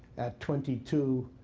at twenty two,